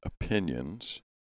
opinions